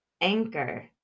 Anchor